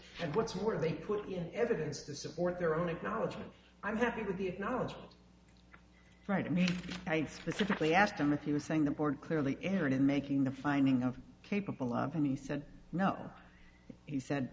and what's more they put in evidence to support their own acknowledgement i'm happy with the acknowledged right and i specifically asked him if he was saying the board clearly erred in making the finding of capable of any said no he said